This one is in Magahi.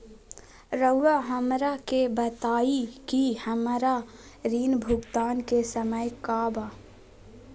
रहुआ हमरा के बताइं कि हमरा ऋण भुगतान के समय का बा?